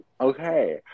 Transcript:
Okay